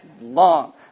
Long